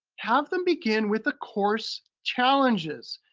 have them begin with a course challenges.